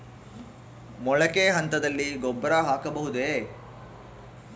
ಮೊಳಕೆ ಹಂತದಲ್ಲಿ ಗೊಬ್ಬರ ಹಾಕಬಹುದೇ?